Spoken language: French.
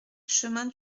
chemin